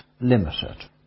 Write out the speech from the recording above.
limited